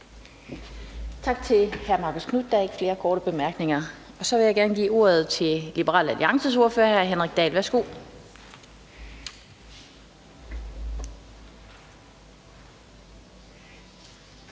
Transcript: Tak til hr. Marcus Knuth. Der er ikke flere korte bemærkninger. Så vil jeg gerne give ordet til Liberal Alliances ordfører, hr. Henrik Dahl. Værsgo.